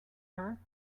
her